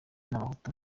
n’abahutu